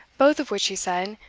both of which, he said,